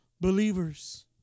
believers